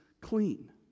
clean